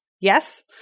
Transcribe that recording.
Yes